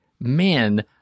man